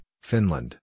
Finland